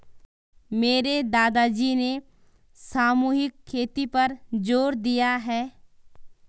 मेरे दादाजी ने सामूहिक खेती पर जोर दिया है